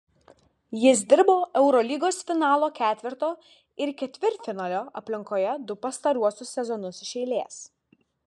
jis dirbo eurolygos finalo ketverto ir ketvirtfinalio aplinkoje du pastaruosius sezonus iš eilės